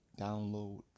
download